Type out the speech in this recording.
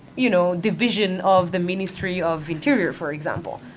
you know, division of the ministry of interior, for example.